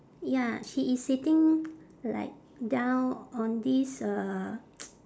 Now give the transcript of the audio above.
ya she is sitting like down on this uh